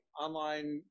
online